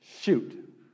shoot